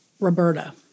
Roberta